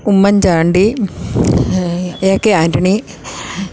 Oommen Chandy A K Antony